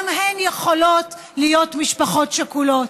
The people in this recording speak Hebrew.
גם הן יכולות להיות משפחות שכולות,